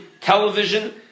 television